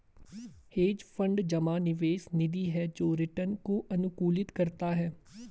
hedge fund जमा निवेश निधि है जो रिटर्न को अनुकूलित करता है